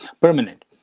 permanent